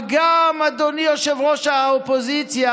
אבל אדוני יושב-ראש האופוזיציה,